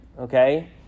okay